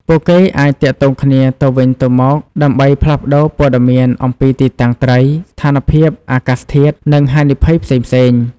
ពួកគេអាចទាក់ទងគ្នាទៅវិញទៅមកដើម្បីផ្លាស់ប្ដូរព័ត៌មានអំពីទីតាំងត្រី ស្ថានភាពអាកាសធាតុ និងហានិភ័យផ្សេងៗ។